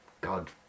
God